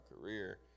career